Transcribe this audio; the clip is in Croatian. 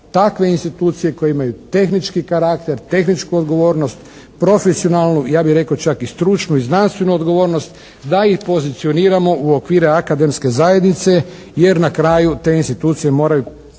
takve institucije koje imaju tehnički karakter, tehničku odgovornost, profesionalnu, ja bih rekao čak i stručnu, znanstvenu odgovornost da ih pozicioniramo u okvire akademske zajednice jer na kraju te institucije moraju